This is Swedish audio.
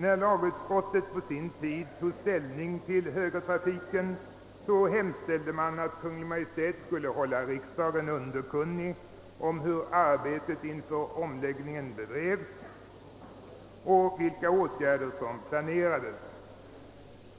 När lagutskottet på sin tid tog ställning till högertrafiken, hemställde det att Kungl. Maj:t skulle hålla riksdagen underkunnig om hur arbetet inför omläggningen bedrevs och vilka åtgärder som planerades.